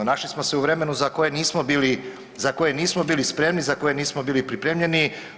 Našli smo se u vremenu za koje nismo bili, za koje nismo bili spremni, za koje nismo bili pripremljeni.